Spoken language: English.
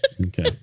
Okay